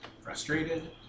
Frustrated